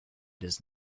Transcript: does